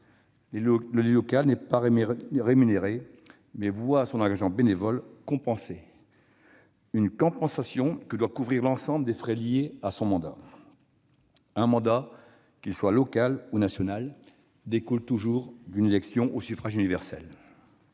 L'élu local n'est pas rémunéré, il voit son engagement bénévole compensé, et cette compensation doit couvrir l'ensemble des frais liés au mandat. Un mandat, qu'il soit local ou national, découle d'une élection au suffrage universel